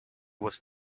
was